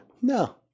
No